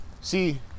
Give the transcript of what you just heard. See